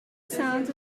sound